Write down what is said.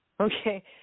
Okay